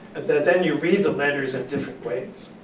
then you read the letters in different ways.